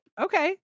Okay